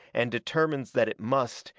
and determines that it must,